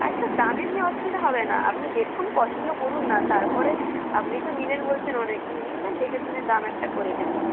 আচ্ছা দামের নিয়ে অসুবিধা হবে না আপনি দেখুন পছন্দ করুন না তারপরে আপনি তো নেবেন বলছেন অনেক তো নিন না দেখে শুনে দাম একটা করে দেব